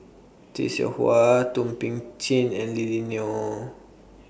Tay Seow Huah Thum Ping Tjin and Lily Neo